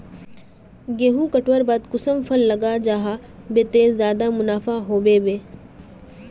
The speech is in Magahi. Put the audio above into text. गेंहू कटवार बाद कुंसम फसल लगा जाहा बे ते ज्यादा मुनाफा होबे बे?